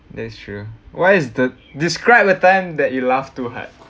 that's true what is the describe a time that you laughed too hard